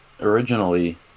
originally